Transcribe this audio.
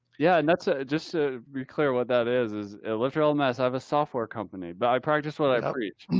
yeah, and that's ah it. just to be clear, what that is is electrical mess. i have a software company, but i practice what i preach.